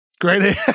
Great